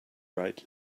right